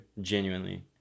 genuinely